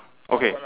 okay